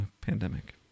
pandemic